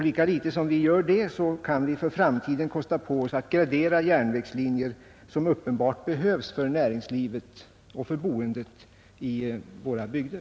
Lika litet som vi gör det kan vi för framtiden kosta på oss att gradera järnvägslinjer som uppenbart behövs för näringslivet och för boendet i våra bygder.